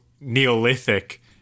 neolithic